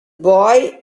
boy